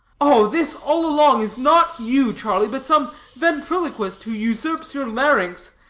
oh, this, all along, is not you, charlie, but some ventriloquist who usurps your larynx.